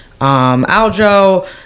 Aljo